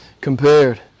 compared